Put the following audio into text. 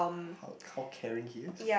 how how caring he is